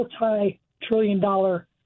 multi-trillion-dollar